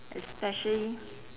especially